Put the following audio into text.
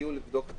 שהגיעו לבדוק.